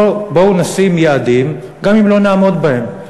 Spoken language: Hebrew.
בואו נשים יעדים, גם אם לא נעמוד בהם.